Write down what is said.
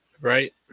right